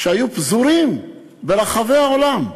שהיו פזורים ברחבי העולם,